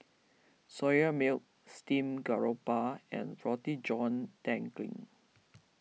Soya Milk Steamed Garoupa and Roti John Daging